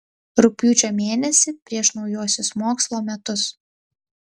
rugpjūčio mėnesį prieš naujuosius mokslo metus